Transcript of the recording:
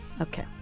Okay